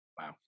Wow